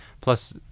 Plus